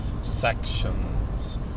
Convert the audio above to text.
sections